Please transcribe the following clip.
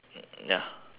ya